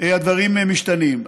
הדברים משתנים.